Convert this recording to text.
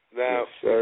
now